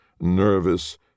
nervous